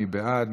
מי בעד?